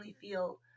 feel